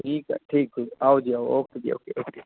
ਠੀਕ ਹੈ ਠੀਕ ਆਓ ਜੀ ਆਓ ਓਕੇ ਜੀ ਓਕੇ ਓਕੇ